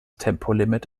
tempolimit